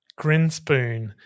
Grinspoon